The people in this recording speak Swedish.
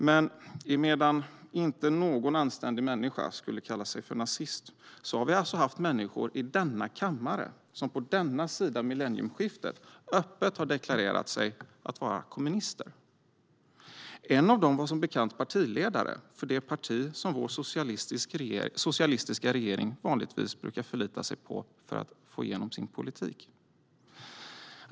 Men medan ingen anständig människa skulle kalla sig för nazist har vi på den här sidan millennieskiftet haft människor i denna kammare som öppet har deklarerat sig vara kommunister. En av dem var som bekant partiledare för det parti som vår socialistiska regering brukar förlita sig på för att få igenom sin politik.